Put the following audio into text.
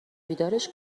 بیدارش